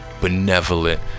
benevolent